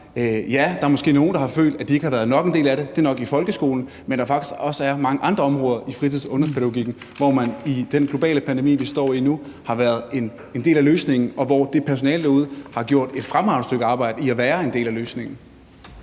ja, der er måske nogle, der har følt, at det ikke har været nok – det er nok i folkeskolen – men der er faktisk også mange andre områder i fritids- og ungdomspædagogikken, hvor den i den globale pandemi, vi står i nu, har været en del af løsningen, og hvor personalet derude har gjort et fremragende stykke arbejde med at være en del af løsningen.